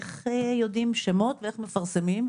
איך יודעים שמות ואיך מפרסמים?